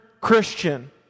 Christian